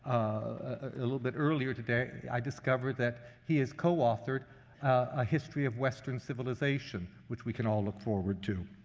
a little bit earlier today, i discovered that he has co-authored a history of western civilization, which we can all look forward to.